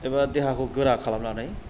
एबा देहाखौ गोरा खालामनानै